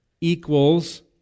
equals